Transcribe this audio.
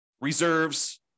reserves